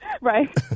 Right